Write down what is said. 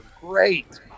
great